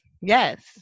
Yes